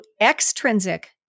extrinsic